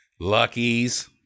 Luckies